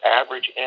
average